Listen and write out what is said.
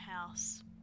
house